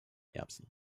erbsen